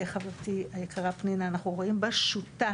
חברתי היקרה, פנינה, אנחנו רואים בה שותף,